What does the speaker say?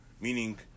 meaning